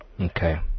Okay